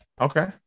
Okay